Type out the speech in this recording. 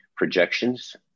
projections